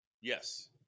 Yes